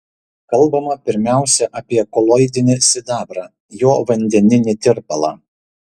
kalbama pirmiausia apie koloidinį sidabrą jo vandeninį tirpalą